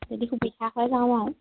যদি সুবিধা হয় যাম আৰু